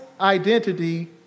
identity